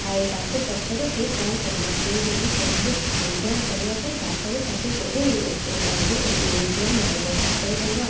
ଥାଏ ତାଙ୍କୁ ପଚାର ସିଏ କ'ଣ କରିବେ ସିଏ ଯଦି କହିବେ ୱିଡ଼୍ରାଲ୍ କରିବା ପାଇଁ ତା'ପରେ ତାକୁ କହୁ ଆଗେ ଏଇ ୱିଡ଼୍ରାଲ୍ ମାରିବ ତା'ପରେ ତାଙ୍କ